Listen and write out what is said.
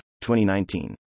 2019